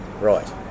Right